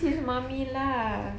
tak baik dia pergi kidnap